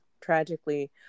tragically